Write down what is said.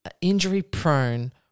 injury-prone